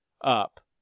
up